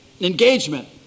engagement